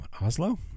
Oslo